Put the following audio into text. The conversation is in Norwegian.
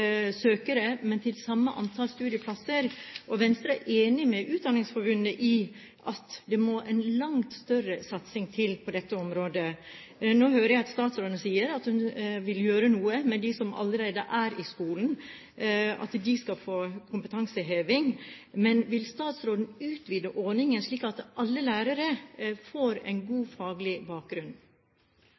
til samme antall studieplasser. Venstre er enig med Utdanningsforbundet i at det må en langt større satsing til på dette området. Nå hører jeg at statsråden sier at hun vil gjøre noe med dem som allerede er i skolen, at de skal få kompetanseheving. Men vil statsråden utvide ordningen, slik at alle lærere får en god, faglig bakgrunn?